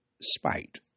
spite